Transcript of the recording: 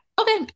Okay